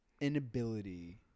inability